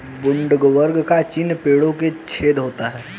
woodworm का चिन्ह पेड़ों में छेद होता है